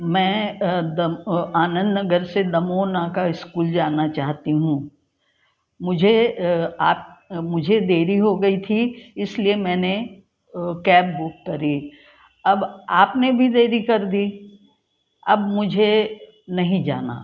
मैं दम आनंद नगर से दमोह नाका इस्कूल जाना चाहती हूँ मुझे आप मुझे देरी हो गई थी इस लिए मैंने कैब बुक करी अब आप ने भी देरी कर दी अब मुझे नहीं जाना